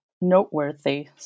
noteworthy